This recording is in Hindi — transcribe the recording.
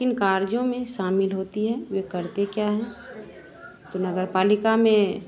किन कार्यों में शामिल होती हैं वे करते क्या हैं तो नगर पालिका में